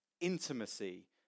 intimacy